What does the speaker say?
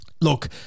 Look